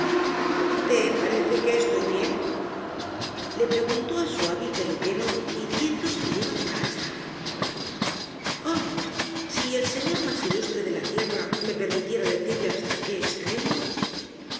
te parece que estoy bien le preguntó á su hábil peluquero irguiéndose lleno de majestad oh si el señor más ilustre de la tierra me permitiera decirle hasta qué extremo